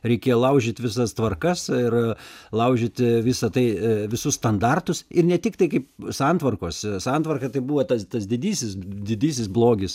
reikėjo laužyt visas tvarkas ir laužyti visa tai visus standartus ir ne tik tai kaip santvarkose santvarką tai buvo tas tas didysis didysis blogis